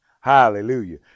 Hallelujah